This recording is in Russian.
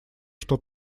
что